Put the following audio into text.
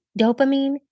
dopamine